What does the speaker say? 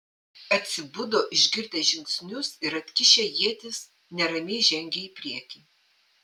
atsibudo išgirdę žingsnius ir atkišę ietis neramiai žengė į priekį